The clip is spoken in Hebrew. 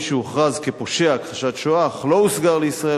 מי שהוכרז "פושע הכחשת השואה" אך לא הוסגר לישראל,